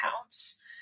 counts